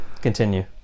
Continue